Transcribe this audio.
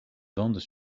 vendent